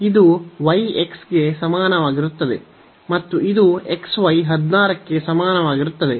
ಇದು y x ಗೆ ಸಮಾನವಾಗಿರುತ್ತದೆ ಮತ್ತು ಇದು xy 16 ಕ್ಕೆ ಸಮಾನವಾಗಿರುತ್ತದೆ